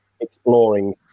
exploring